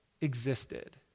existed